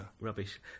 rubbish